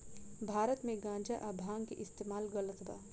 भारत मे गांजा आ भांग के इस्तमाल गलत बा